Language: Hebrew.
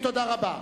מסירים, תודה רבה.